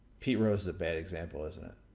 pete rose is a bad example, isn't it?